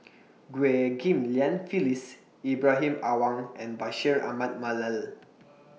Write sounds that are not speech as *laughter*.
*unintelligible* Ghim Lian Phyllis Ibrahim Awang and Bashir Ahmad Mallal